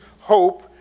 hope